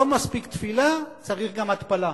לא מספיקה תפילה, צריך גם התפלה.